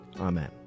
Amen